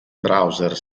browser